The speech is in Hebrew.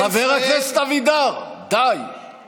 חבר הכנסת אבידר, די, די כבר.